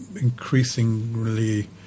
increasingly